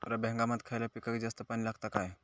रब्बी हंगामात खयल्या पिकाक जास्त पाणी लागता काय?